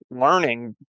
learning